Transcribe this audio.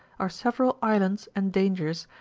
are several islands and dangers,